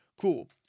Cool